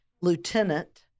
lieutenant